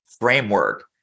framework